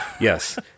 Yes